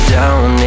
down